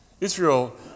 Israel